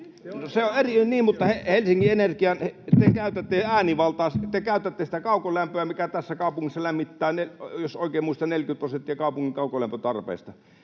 se on eri niin, mutta Helsingin Energiassa te käytätte äänivaltaa, ja te käytätte sitä kaukolämpöä, mikä tässä kaupungissa lämmittää, jos oikein muistan, 40 prosenttia kaupungin kaukolämpötarpeesta.